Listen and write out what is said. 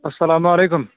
اسلام وعلیکُم